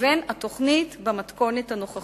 לבין התוכנית במתכונת הנוכחית.